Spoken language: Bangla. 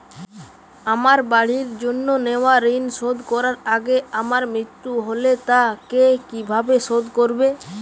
আমার বাড়ির জন্য নেওয়া ঋণ শোধ করার আগে আমার মৃত্যু হলে তা কে কিভাবে শোধ করবে?